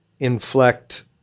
inflect